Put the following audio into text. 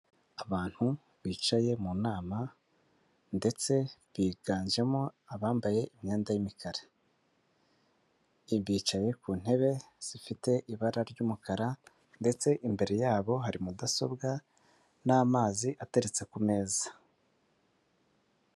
Abantu bicaye mu nama ndetse biganjemo abambaye imyenda y'imikara, bicaye ku ntebe zifite ibara ry'umukara ndetse imbere yabo hari mudasobwa n'amazi ateretse ku meza.